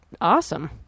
awesome